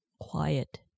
quiet